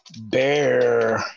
Bear